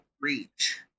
reach